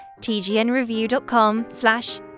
tgnreview.com/slash